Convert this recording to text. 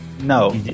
no